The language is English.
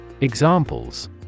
Examples